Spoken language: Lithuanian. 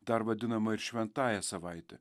dar vadinama ir šventąja savaite